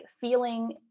feeling